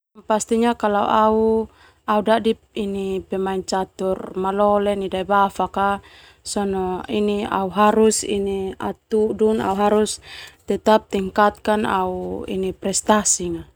Pastinya kalo au dadi pemain catur malole nai daebafak au harus tetap tingkatkan au prestasi na.